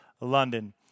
London